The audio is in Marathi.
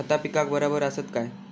खता पिकाक बराबर आसत काय?